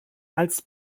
als